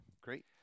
great